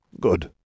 Good